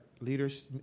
leaders